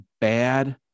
bad